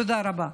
תודה רבה.